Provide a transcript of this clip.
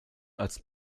als